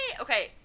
okay